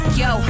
yo